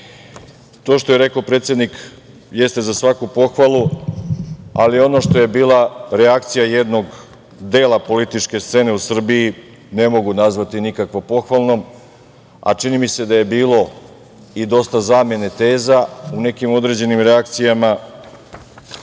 što je rekao predsednik jeste za svaku pohvalu, ali ono što je bila reakcija jednog dela političke scene u Srbiji ne mogu nazvati nikako pohvalnom, a čini mi se da je bilo i dosta zamene teza u nekim određenim reakcijama, pa